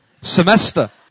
Semester